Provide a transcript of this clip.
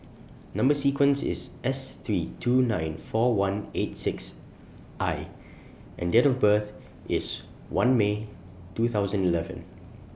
Number sequence IS S three two nine four one eight six I and Date of birth IS one May two thousand and eleven